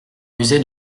usé